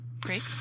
great